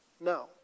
No